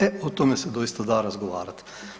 E o tome se doista da razgovarati.